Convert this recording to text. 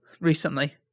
recently